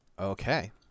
Okay